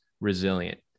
resilient